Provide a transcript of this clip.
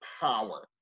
power